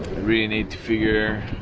really need to figure